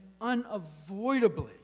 unavoidably